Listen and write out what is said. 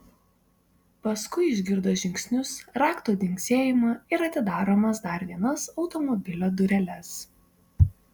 paskui išgirdo žingsnius raktų dzingsėjimą ir atidaromas dar vienas automobilio dureles